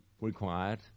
required